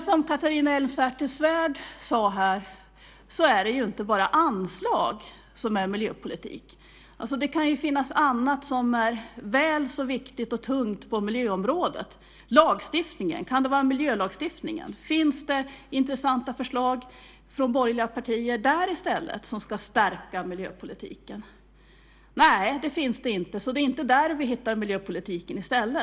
Som Catharina Elmsäter-Svärd sade här är det inte bara anslag som är miljöpolitik. Det kan ju finnas annat som är väl så viktigt och tungt på miljöområdet. Vi har ju lagstiftningen. Kan det handla om miljölagstiftningen? Finns det i stället intressanta förslag där från borgerliga partier som ska stärka miljöpolitiken? Nej, det finns det inte, så det är inte där vi hittar miljöpolitiken i stället.